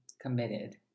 committed